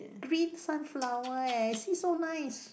green sunflower eh you see so nice